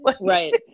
Right